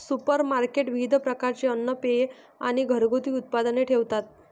supermarket विविध प्रकारचे अन्न, पेये आणि घरगुती उत्पादने ठेवतात